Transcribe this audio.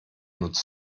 nutzen